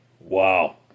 Wow